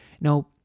Now